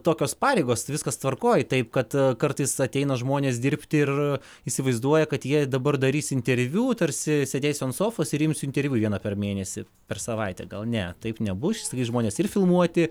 tokios pareigos viskas tvarkoj taip kad kartais ateina žmonės dirbti ir įsivaizduoja kad jie dabar darys interviu tarsi sėdėsiu ant sofos ir ims interviu vieną per mėnesį per savaitę gal ne taip nebus žmones ir filmuoti